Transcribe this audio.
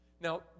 Now